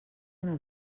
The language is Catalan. una